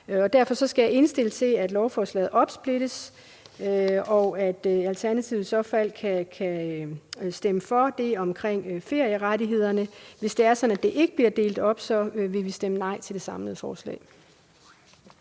Derfor skal jeg indstille, at lovforslaget bliver opsplittet. Alternativet kan i så fald stemme for det omkring ferierettighederne. Hvis det er sådan, at det ikke bliver delt op, vil vi stemme nej til det samlede forslag.